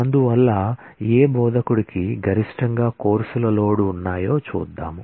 అందువల్ల ఏ బోధకుడికి గరిష్టంగా కోర్సులు లోడ్ ఉన్నాయో చూద్దాం